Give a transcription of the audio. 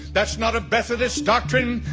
that's not a methodist doctrine.